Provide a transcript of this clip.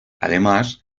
además